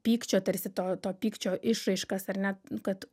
pykčio tarsi to to pykčio išraiškas ar ne kad